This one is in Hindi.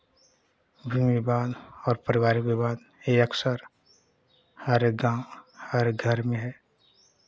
भूमि विवाद और परिवार विवाद ये अक्सर हरेक गाँव हरेक घर में है